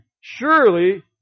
surely